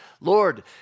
Lord